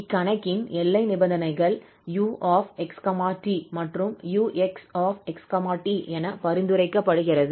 இக்கணக்கின் எல்லை நிபந்தனைகள் 𝑢 𝑥 𝑡 மற்றும் 𝑢𝑥𝑥 𝑡 என பரிந்துரைக்கப்படுகிறது